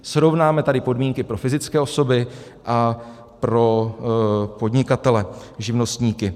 Srovnáme tady podmínky pro fyzické osoby a pro podnikatele živnostníky.